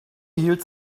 hielt